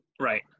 Right